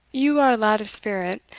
you are a lad of spirit,